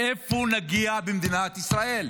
לאיפה נגיע במדינת ישראל?